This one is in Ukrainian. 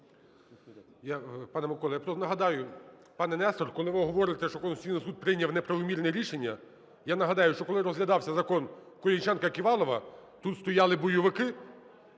Пане Микола. Я нагадаю, пане Нестор, коли ви говорите, що Конституційний Суд прийняв неправомірне рішення, я нагадаю, що коли розглядався закон "Колесніченка-Ківалова", тут стояли бойовики